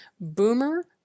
boomer